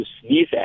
Sneeze